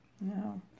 No